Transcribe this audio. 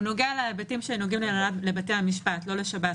הוא נוגע להיבטים שנוגעים לבתי המשפט, לא לשב"ס.